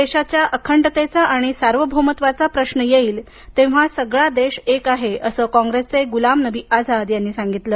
देशाच्या अखंडतेचा आणि सार्वभौमत्वाचा प्रश्न येईल तेव्हा सगळा देश एक आहे असं कॉप्रेसचे गुलाम नबी आझाद यांनी सांगितलं